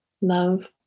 love